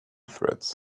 threads